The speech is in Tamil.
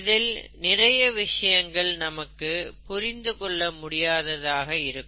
இதில் நிறைய விஷயங்கள் நமக்கு புரிந்துகொள்ள முடியாததாக இருக்கும்